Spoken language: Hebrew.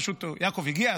פשוט יעקב הגיע,